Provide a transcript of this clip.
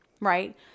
right